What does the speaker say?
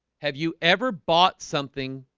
have you ever bought something?